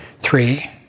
Three